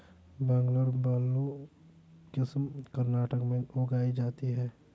Bangalore blue किस्म कर्नाटक में उगाई जाती है